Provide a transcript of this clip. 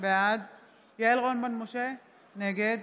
בעד יעל רון בן משה, נגד